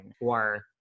Or-